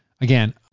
Again